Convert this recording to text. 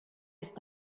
ist